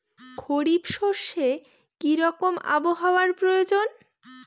খরিফ শস্যে কি রকম আবহাওয়ার?